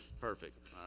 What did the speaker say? perfect